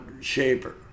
shaper